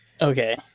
Okay